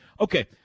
okay